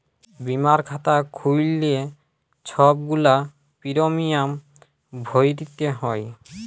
বীমার খাতা খ্যুইল্লে ছব গুলা পিরমিয়াম ভ্যইরতে হ্যয়